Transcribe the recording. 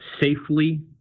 safely